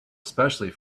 especially